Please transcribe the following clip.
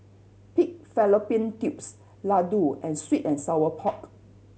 pig fallopian tubes laddu and sweet and sour pork